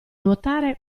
nuotare